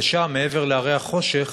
ושם, מעבר להרי החושך,